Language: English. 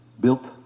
Built